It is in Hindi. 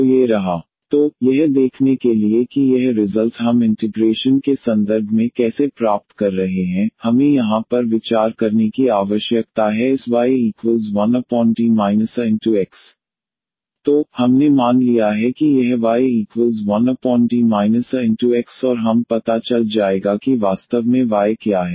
तो ये रहा 1D aXeaxXe axdx तो यह देखने के लिए कि यह रिजल्ट हम इंटिग्रेशन के संदर्भ में कैसे प्राप्त कर रहे हैं हमें यहाँ पर विचार करने की आवश्यकता है इस y1D aX तो हमने मान लिया है कि यह y1D aX और हम पता चल जाएगा कि वास्तव में y क्या है